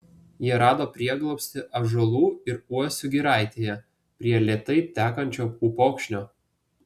jie rado prieglobstį ąžuolų ir uosių giraitėje prie lėtai tekančio upokšnio